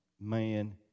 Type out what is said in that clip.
man